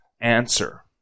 answer